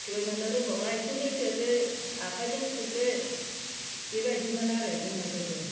जोनोनो रोंबावला आथिंजों जोदो आखाइजों सौदो बेबायदिमोन आरो जोङो गोदो